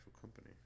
company